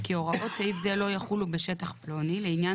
כי הוראות סעיף זה לא יחולו בשטח פלוני לעניין